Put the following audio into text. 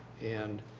and